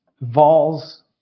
Vols